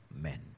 men